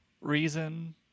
reason